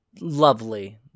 lovely